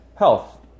Health